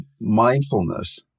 mindfulness